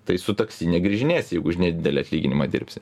tai su taksi negrįžinėsi jeigu už nedidelį atlyginimą dirbsi